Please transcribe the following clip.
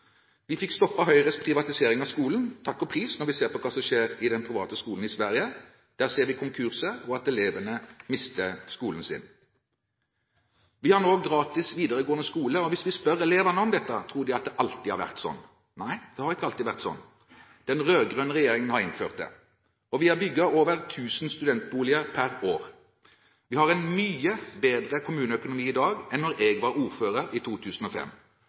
Vi fikk stoppet Høyres privatisering av skolen. Takk og pris – når vi ser hva som skjer i den private skolen i Sverige. Der ser vi konkurser og elever som mister skolene sine. Vi har nå gratis videregående skole, og hvis vi spør elevene om dette, tror de at det alltid har vært sånn. Nei, det har ikke alltid vært sånn. Den rød-grønne regjeringen har innført det. Vi har bygget over 1 000 studentboliger per år. Vi har en mye bedre kommuneøkonomi i dag enn da jeg var ordfører i 2005.